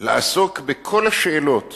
לעסוק בכל השאלות